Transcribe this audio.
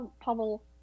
Pavel